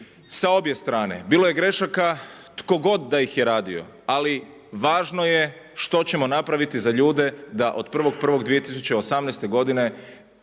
sa obje strane, bilo je grešaka tko god da ih je radio, ali važno je što ćemo napraviti za ljude da od 1.1.2018. godine